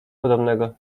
podobnego